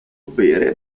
bere